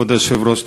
כבוד היושב-ראש,